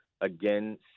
Again